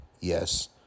yes